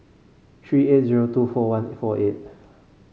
three eight zero two four one four eight